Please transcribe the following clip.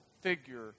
figure